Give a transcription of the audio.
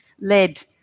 led